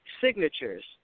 signatures